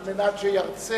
על מנת שירצה